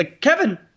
Kevin